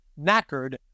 knackered